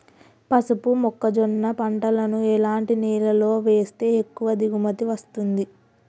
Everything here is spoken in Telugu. పసుపు మొక్క జొన్న పంటలను ఎలాంటి నేలలో వేస్తే ఎక్కువ దిగుమతి వస్తుంది?